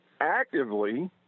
actively –